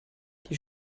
die